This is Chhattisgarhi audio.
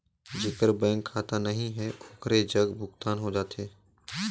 जेकर बैंक खाता नहीं है ओकरो जग भुगतान हो जाथे?